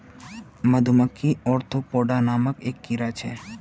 मधुमक्खी ओर्थोपोडा नामक संघेर एक टा कीड़ा छे